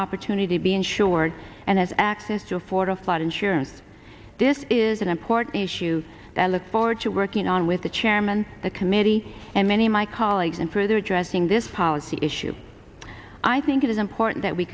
opportunity to be insured and has access to afford a flood insurance this is an important issue that i look forward to working on with the chairman of the committee and many of my colleagues and through their addressing this policy issue i think it is important